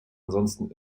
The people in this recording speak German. ansonsten